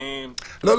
אני --- לא,